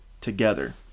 together